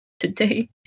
today